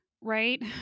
right